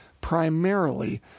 primarily